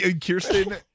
Kirsten